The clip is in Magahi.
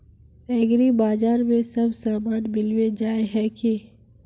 एग्रीबाजार में सब सामान मिलबे जाय है की?